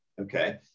Okay